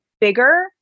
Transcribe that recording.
bigger